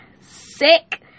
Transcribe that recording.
sick